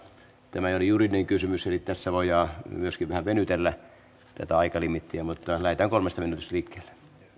tämä ei ole juridinen kysymys eli tässä voidaan myöskin vähän venytellä tätä aikalimiittiä mutta lähdetään kolmesta minuutista liikkeelle